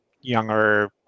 younger